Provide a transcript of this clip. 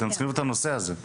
אתם צריכים לבדוק את הנושא הזה.